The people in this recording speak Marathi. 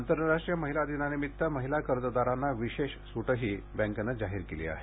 आंतरराष्ट्रीय महिला दिनानिमित्त महिला कर्जदारांना विशेष सूटही बँकेने जाहीर केली आहे